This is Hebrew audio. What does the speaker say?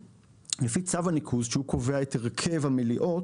בצו הניקוז, שהוא קובע את הרכב המליאות,